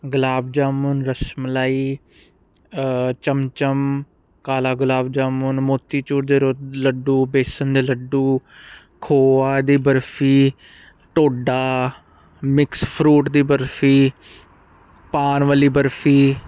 ਗੁਲਾਬ ਜਾਮਨ ਰਸਮਲਾਈ ਚਮਚਮ ਕਾਲਾ ਗੁਲਾਬ ਜਾਮੁਨ ਮੋਤੀ ਚੂਰ ਦੇ ਰੁ ਲੱਡੂ ਬੇਸਨ ਦੇ ਲੱਡੂ ਖੋਆ ਦੀ ਬਰਫੀ ਟੋਡਾ ਮਿਕਸ ਫਰੂਟ ਦੀ ਬਰਫੀ ਪਾਨ ਵਾਲੀ ਬਰਫੀ